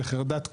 בחרדת קודש,